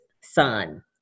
son